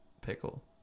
pickle